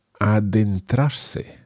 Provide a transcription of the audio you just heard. adentrarse